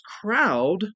crowd